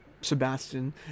sebastian